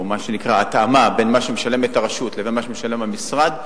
או מה שנקרא התאמה בין מה שמשלמת הרשות לבין מה שמשלם המשרד,